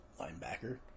linebacker